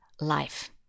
life